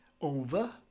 over